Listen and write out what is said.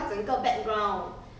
uh